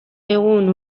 egun